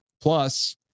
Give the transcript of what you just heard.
Plus